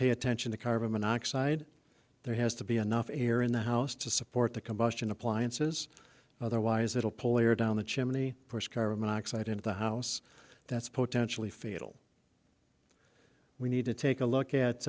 pay attention to carbon monoxide there has to be enough air in the house to support the combustion appliances otherwise it'll pollie or down the chimney first carbon monoxide into the house that's potentially fatal we need to take a look at